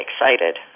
excited